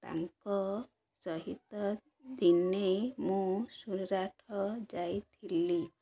ତାଙ୍କ ସହିତ ଦିନେ ମୁଁ ସୁରାଟ ଯାଇଥିଲି